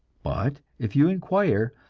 but if you inquire,